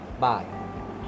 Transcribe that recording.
bye